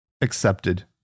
accepted